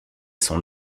son